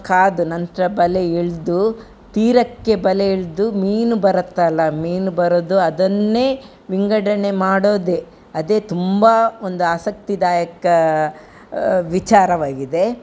ಕಾದು ನಂತರ ಬಲೆ ಎಳ್ದು ತೀರಕ್ಕೆ ಬಲೆ ಎಳ್ದು ಮೀನು ಬರತ್ತಲ್ಲ ಮೀನು ಬರೋದು ಅದನ್ನೇ ವಿಂಗಡಣೆ ಮಾಡೋದೇ ಅದೇ ತುಂಬಾ ಒಂದು ಆಸಕ್ತಿದಾಯಕ ವಿಚಾರವಾಗಿದೆ